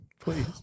please